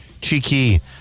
cheeky